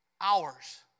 hours